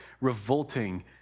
revolting